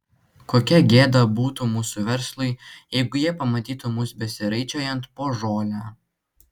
kokia gėda būtų mūsų verslui jeigu jie pamatytų mus besiraičiojant po žolę